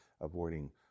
avoiding